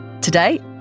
Today